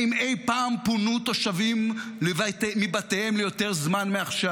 האם אי-פעם פונו תושבים מבתיהם ליותר זמן מעכשיו?